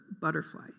butterfly